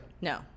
No